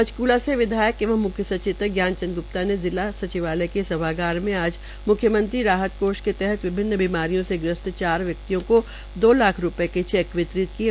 पंचकूला से विधायक एवं म्ख्य सचेतक ज्ञान चंद ग्प्ता ने जिला सचिवालय के सभागार में आज म्ख्यमंत्री राहत कोष के तहत विभिन्न बीमारियों से ग्रस्त चार व्यक्तियों को चार लाख रूपये के चेक वितरित किये